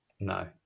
No